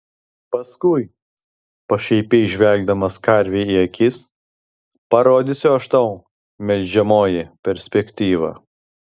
paskui pašaipiai žvelgdamas karvei į akis parodysiu aš tau melžiamoji perspektyvą